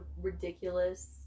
ridiculous